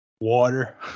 water